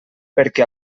perquè